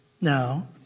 No